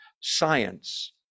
science